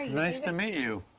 nice to meet you.